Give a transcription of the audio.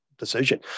decision